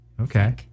Okay